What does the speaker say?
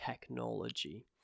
technology